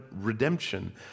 redemption